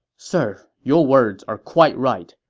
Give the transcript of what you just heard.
sir, your words are quite right,